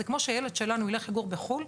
זה כמו שילד שלנו ילך לגור בחו"ל,